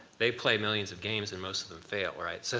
they play millions of games and most of them fail, right? so